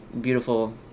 beautiful